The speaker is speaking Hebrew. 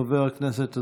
חבר הכנסת אזולאי,